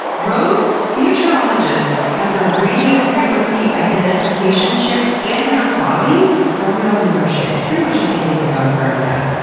rose, futurologist, has a radio frequency identification chip in her body? before we all lose our shit, it's pretty much the same thing my dog gremmie has.